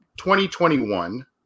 2021 –